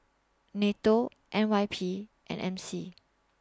NATO N Y P and M C